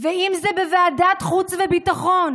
אם זה בוועדת חוץ וביטחון